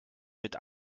mit